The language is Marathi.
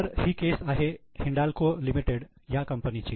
तर ही केस आहे हिंदाल्को लिमिटेड ह्या कंपनीची